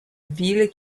ville